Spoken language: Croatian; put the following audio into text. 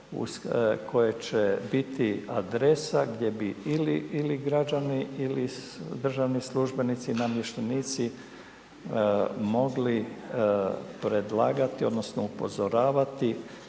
koje će biti adresa gdje bi ili građani ili državni službenici i namještenici mogli predlagati odnosno upozoravati